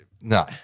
No